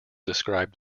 describe